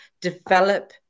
develop